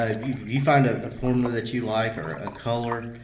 ah you you find ah a formula that you like or a color,